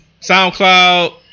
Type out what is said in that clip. SoundCloud